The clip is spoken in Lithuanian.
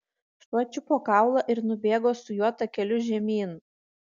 šuo čiupo kaulą ir nubėgo su juo takeliu žemyn